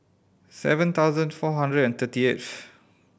seven thousand four hundred and thirty eighth